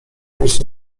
mieć